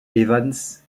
evans